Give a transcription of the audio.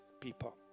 people